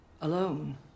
Alone